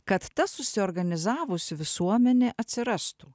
kad ta susiorganizavusi visuomenė atsirastų